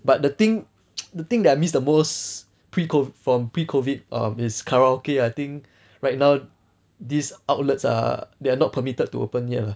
but the thing the thing that I miss the most pre-COVID from pre-COVID um is karaoke I think right now these outlets are they are not permitted to open yet lah